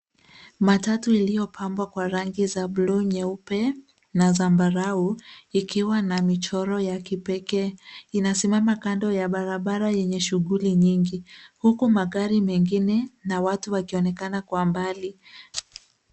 Matatu iliyopambwa kwa rangi za buluu nyeupe na zambarau ikiwa na michoro ya kipekee inasimama kando ya barabara yenye shuguli nyingi, huku magari mengine na watu wakionekana kwa mbali.